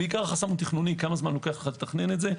בעיקר חסם תכנוני, כמה זמן לוקח לך לתכנן את זה.